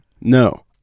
No